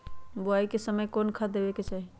बोआई के समय कौन खाद देवे के चाही?